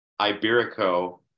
Iberico